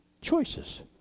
choices